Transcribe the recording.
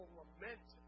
lament